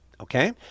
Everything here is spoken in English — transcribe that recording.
Okay